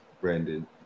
Brandon